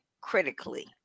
critically